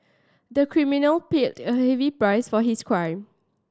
the criminal paid a heavy price for his crime